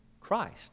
Christ